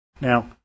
Now